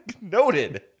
Noted